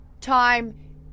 time